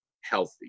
healthy